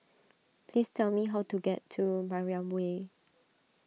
please tell me how to get to Mariam Way